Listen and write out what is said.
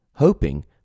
hoping